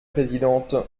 présidente